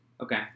Okay